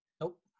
Nope